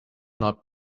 not